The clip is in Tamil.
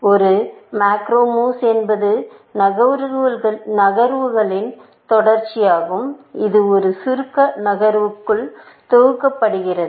ஒரு மேக்ரோ மூவ்ஸ் என்பது நகர்வுகளின் தொடர்ச்சியாகும் இது ஒரு சுருக்க நகர்வுக்குள் தொகுக்கப்படுகிறது